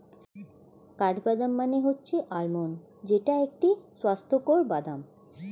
কাঠবাদাম মানে হচ্ছে আলমন্ড যেইটা একটি স্বাস্থ্যকর বাদাম